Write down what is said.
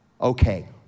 Okay